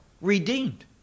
redeemed